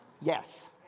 Yes